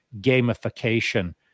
gamification